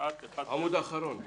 התשע"ט (1 בינואר 2019)